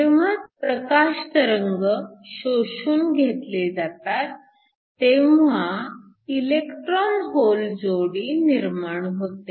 जेव्हा प्रकाश तरंग शोषून घेतले जातात तेव्हा इलेक्ट्रॉन होल जोडी निर्माण होते